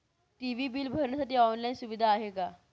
TV bill भरण्यासाठी online सुविधा आहे का?